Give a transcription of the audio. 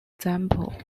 example